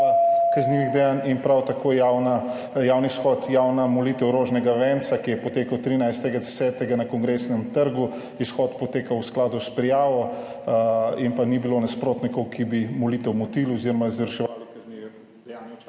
in prav tako je javni shod, javna molitev rožnega venca, ki je potekal 13. 10. na Kongresnem trgu, potekal v skladu s prijavo in ni bilo nasprotnikov, ki bi molitev motili oziroma izvrševali